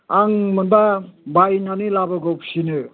आं मोनब्ला बायनानै लाबोगौफिनो